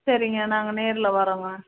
சரிங்க நாங்கள் நேரில் வரோங்க